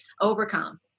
Overcome